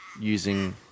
using